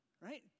Right